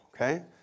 okay